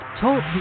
talk